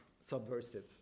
subversive